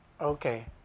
Okay